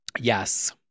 Yes